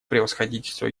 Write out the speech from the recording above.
превосходительство